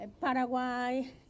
Paraguay